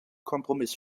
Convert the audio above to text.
kompromiss